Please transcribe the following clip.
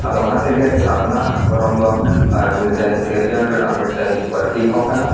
ᱟᱫᱚ ᱚᱱᱟᱛᱮᱜᱮ ᱥᱟᱨᱱᱟ ᱫᱷᱚᱨᱚᱢ ᱫᱚ ᱢᱤᱫᱴᱟᱝ ᱥᱤᱨᱡᱚᱱ ᱨᱮᱱᱟᱜ ᱢᱤᱫᱴᱟᱝ ᱯᱚᱨᱛᱤᱠ ᱦᱚᱸ ᱠᱟᱱᱟ